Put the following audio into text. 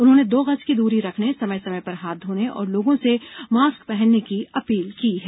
उन्होंने दो गज की दूरी रखने समय समय पर हाथ धोने और लोगों से मास्क पहनने की अपील की है